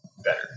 better